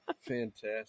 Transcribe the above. Fantastic